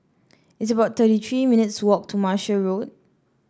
it's about thirty three minutes' walk to Martia Road